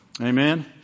Amen